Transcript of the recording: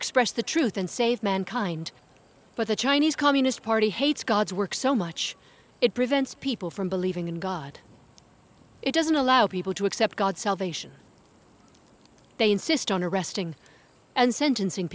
express the truth and save mankind but the chinese communist party hates god's work so much it prevents people from believing in god it doesn't allow people to accept god salvation they insist on arresting and sentencing